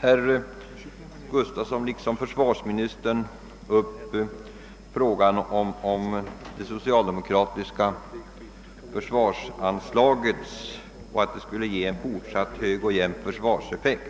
Herr Gustafsson liksom också försvarsministern framhöll att det socialdemokratiska förslaget skulle innebära en fortsatt hög och jämn försvarseffekt.